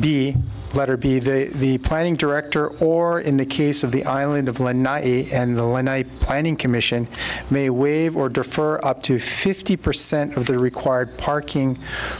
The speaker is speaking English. b letter b the planning director or in the case of the island of lanai and the line i planning commission may waive order for up to fifty percent of the required parking